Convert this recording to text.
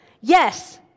Yes